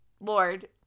Lord